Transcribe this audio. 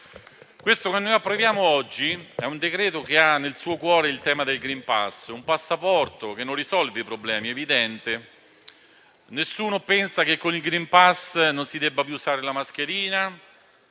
Quello che approviamo oggi è un decreto che ha nel suo cuore il tema del *green pass*, un passaporto che non risolvi i problemi, è evidente. Nessuno pensa che con il *green pass* non si debba più usare la mascherina,